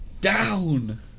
Down